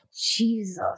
Jesus